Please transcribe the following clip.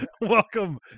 Welcome